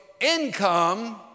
income